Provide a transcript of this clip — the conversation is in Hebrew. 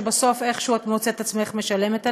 שבסוף איכשהו את מוצאת את עצמך משלמת עליהם,